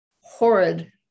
horrid